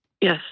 Yes